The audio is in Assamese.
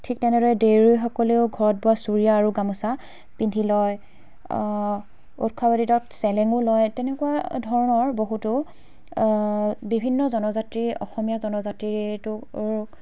ঠিক তেনেদৰে দেউৰীসকলেও ঘৰত বোৱা চুৰিয়া আৰু গামোচা পিন্ধি লয় উৎসৱ আদিত চেলেঙো লয় তেনেকুৱা ধৰণৰ বহুতো বিভিন্ন জনজাতিৰ অসমীয়া জনজাতিৰ এইটো